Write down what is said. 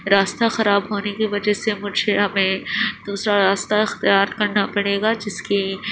راستہ خراب ہونے کی وجہ سے مجھے ہمیں دوسرا راستہ اختیار کرنا پڑے گا جس کی